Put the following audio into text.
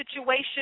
situation